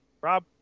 Rob